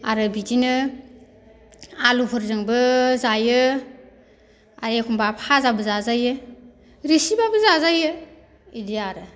बिदिनो आलुफोरजोंबो जायो आरो एखमब्ला फाजाबो जाजायो रोसिब्लाबो जाजायो इदि आरो